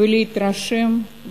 להתרשם.